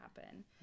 happen